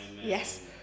Yes